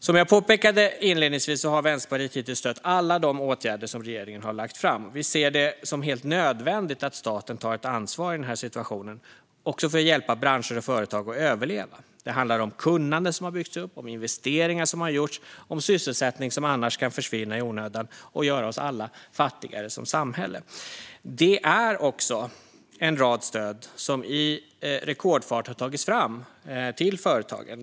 Som jag påpekade inledningsvis har Vänsterpartiet hittills stött alla de åtgärder som regeringen lagt fram. Vi ser det som helt nödvändigt att staten i den här situationen tar ansvar för att hjälpa också branscher och företag att överleva. Det handlar om kunnande som byggts upp, om investeringar som gjorts och om sysselsättning som annars kan försvinna i onödan och göra oss alla fattigare som samhälle. Det är också en rad stöd som i rekordfart har tagits fram till företagen.